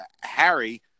Harry